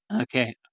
Okay